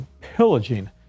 pillaging